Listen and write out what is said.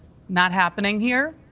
not happening here?